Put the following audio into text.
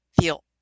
feel